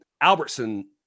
Albertson